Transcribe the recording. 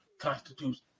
constitutes